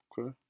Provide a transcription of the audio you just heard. Okay